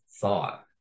thought